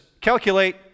calculate